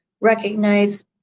recognize